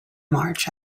march